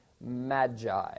Magi